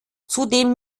zudem